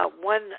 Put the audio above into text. one